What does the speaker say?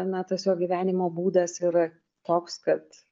na tiesiog gyvenimo būdas yra toks kad